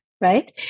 right